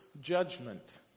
judgment